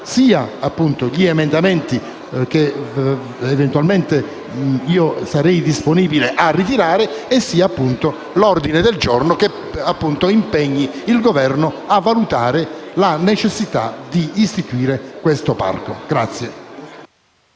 sia gli emendamenti, che eventualmente sarei disponibile a ritirare, sia l’ordine del giorno che impegna il Governo a valutare la necessità di istituire questo parco.